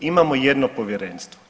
Imamo jedno povjerenstvo.